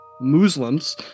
Muslims